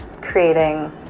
creating